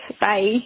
Bye